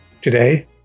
today